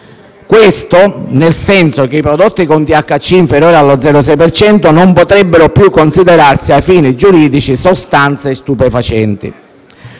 cento. Nel senso che i prodotti con THC inferiore allo 0,6 per cento non potrebbero più considerarsi (ai fini giuridici), sostanze stupefacenti.